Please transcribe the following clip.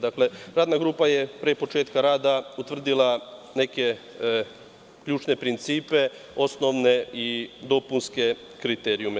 Dakle, radna grupa je pre početka rada utvrdila neke ključne principe, osnovne i dopunske kriterijume.